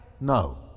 No